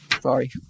Sorry